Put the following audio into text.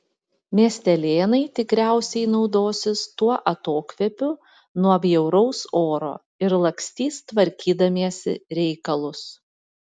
miestelėnai tikriausiai naudosis tuo atokvėpiu nuo bjauraus oro ir lakstys tvarkydamiesi reikalus